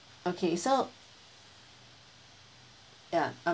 okay so ya I'm